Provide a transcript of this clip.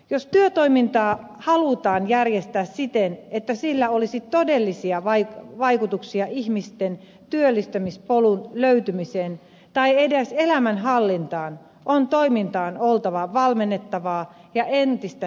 jos työtoimintaa halutaan järjestää siten että sillä olisi todellisia vaikutuksia ihmisten työllistämispolun löytymiseen tai edes elämänhallintaan on toiminnan oltava valmentavaa ja entistä henkilökohtaisempaa